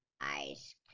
ICE